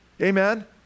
Amen